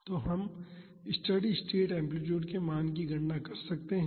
तो हम steady state amplitude के मान की गणना कर सकते हैं